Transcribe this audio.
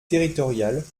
territoriales